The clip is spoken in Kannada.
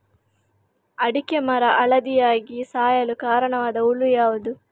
ಅಡಿಕೆ ಮರ ಹಳದಿಯಾಗಿ ಸಾಯಲು ಕಾರಣವಾದ ಹುಳು ಯಾವುದು?